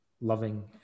loving